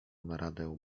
naradę